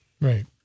Right